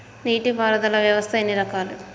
నీటి పారుదల వ్యవస్థ ఎన్ని రకాలు?